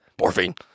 Morphine